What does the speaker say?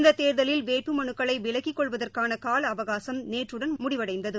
இந்ததேர்தலில் வேட்புமனுக்களைவிலக்கிகொள்வதற்கானகாலஅவகாசமநேற்றுடன் முடிவடைந்தது